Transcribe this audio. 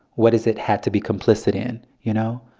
what has it had to be complicit in, you know?